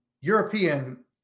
European